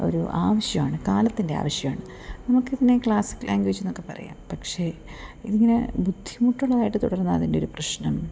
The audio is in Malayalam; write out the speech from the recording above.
ഒരു ആവശ്യമാണ് കാലത്തിൻ്റെ ആവശ്യമാണ് നമുക്ക്തിനെ ക്ലാസിക് ലാംഗ്വേജ് എന്നൊക്കെ പറയാം പക്ഷേ ഇതിങ്ങനെ ബുദ്ധിമുട്ടുള്ളതായിട്ട് തുടരുന്ന അതിൻ്റെ ഒരു പ്രശ്നം